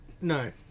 No